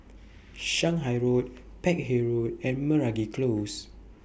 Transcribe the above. Shanghai Road Peck Hay Road and Meragi Close